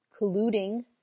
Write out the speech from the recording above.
colluding